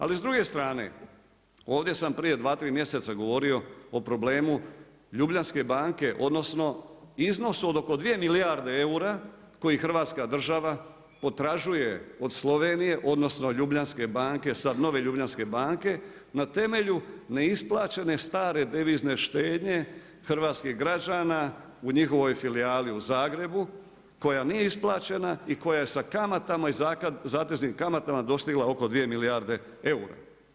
Ali s druge strane ovdje sam prije dva, tri mjeseca govorio o problemu Ljubljanske banke odnosno iznosu od oko dvije milijarde eura koji Hrvatska država potražuje od Slovenije odnosno Ljubljanske banke sada nove Ljubljanske banke, na temelju neisplaćene stare devizne štednje hrvatskih građana u njihovoj filijali u Zagrebu koja nije isplaćena i koja je sa kamatama i zateznim kamatama dostigla oko dvije milijarde eura.